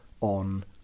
on